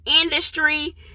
industry